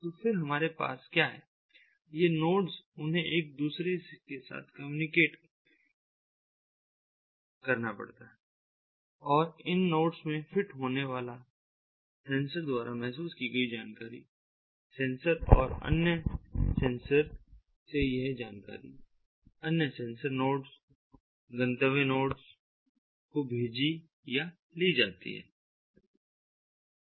तो फिर हमारे पास क्या है ये नोड्स उन्हें एक दूसरे के साथ कम्युनिकेट करना पड़ता है और इन नोड्स में फिट होने वाले सेंसर द्वारा महसूस की गई जानकारी सेंसर और अन्य सेंसर से यह जानकारी अन्य सेंसर नोड्स गंतव्य नोड्स मे भेजी या ली जाती है